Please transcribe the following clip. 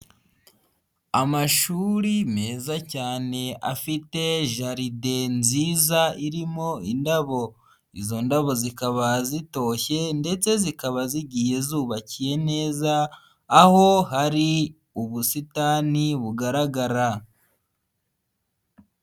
Amashuri meza cyane afite jaride nziza irimo indabo, izo ndabo zikaba zitoshye ndetse zikaba zigiye zubakiye neza aho hari ubusitani bugaragara.